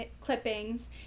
clippings